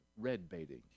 red-baiting